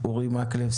אורי מקלב,